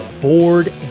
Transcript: Board